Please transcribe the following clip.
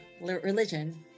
religion